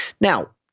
Now